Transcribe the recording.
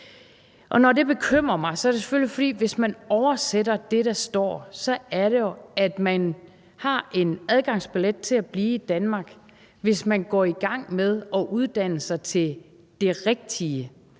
Når det bekymrer mig, er det selvfølgelig, fordi det, hvis man oversætter det, der står, jo så betyder, at man har en adgangsbillet til at blive i Danmark, hvis man går i gang med at uddanne sig til det rigtige,